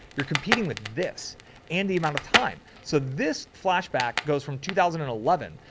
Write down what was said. you're competing with this and the amount of time. so this flashback goes from two thousand and eleven,